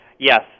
Yes